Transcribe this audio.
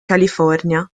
california